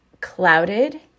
clouded